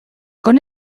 con